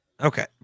Okay